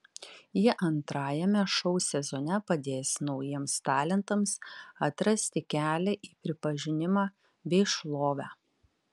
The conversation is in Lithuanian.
ji antrajame šou sezone padės naujiems talentams atrasti kelią į pripažinimą bei šlovę